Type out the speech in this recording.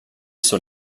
sur